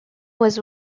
was